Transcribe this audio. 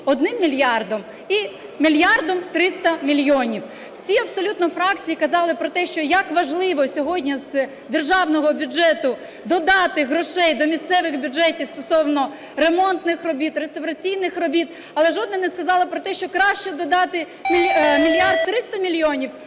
між 1 мільярдом і 1 мільярдом 300 мільйонів. Всі абсолютно фракції казали про те, що як важливо сьогодні з державного бюджету додати грошей до місцевих бюджетів стосовно ремонтних робіт, реставраційних робіт, але жодна не сказала про те, що краще додати 1 мільярд 300 мільйонів